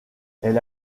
elle